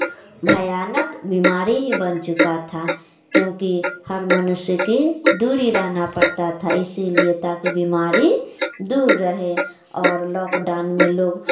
भयानक बीमारी ही बन चुका था क्योंकि हर मनुष्य के दूरी रहना पड़ता था इसीलिए ताकि बीमारी दूर रहे और लॉक डाउन में लोग